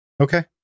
Okay